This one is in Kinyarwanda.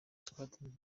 twatanze